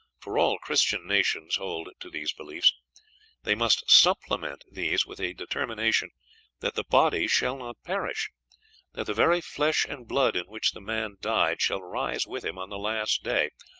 for all christian nations hold to these beliefs they must supplement these with a determination that the body shall not perish that the very flesh and blood in which the man died shall rise with him on the last day,